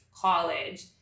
College